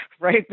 right